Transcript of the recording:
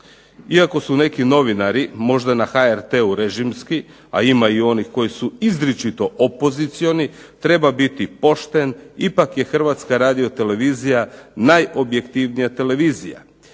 iako su neki novinari možda na HRT-u režimski, a ima i onih koji su izričito opozicioni treba biti pošten. Ipak je Hrvatska radio-televizija najobjektivnija televizija.